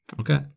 Okay